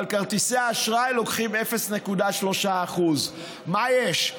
אבל כרטיסי האשראי לוקחים 0.3%. מה יש?